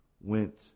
went